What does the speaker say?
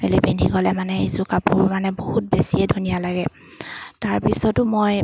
মেলি পিন্ধি গ'লে মানে এইযোৰ কাপোৰ মানে বহুত বেছিয়ে ধুনীয়া লাগে তাৰপিছতো মই